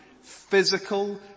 physical